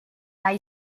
nahi